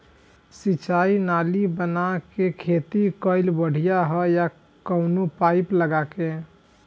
सिंचाई नाली बना के खेती कईल बढ़िया ह या कवनो पाइप लगा के?